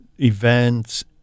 events